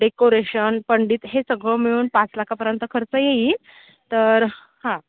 decoration पंडित हे सगळं मिळून पाच लाखापर्यंत खर्च येईल तर हां